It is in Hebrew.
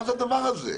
מה זה הדבר הזה?